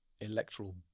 electoral